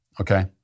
Okay